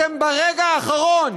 אתם ברגע האחרון